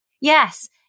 Yes